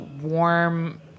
warm